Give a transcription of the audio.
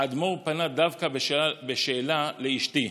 האדמו"ר פנה דווקא בשאלה לאשתי: